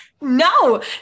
No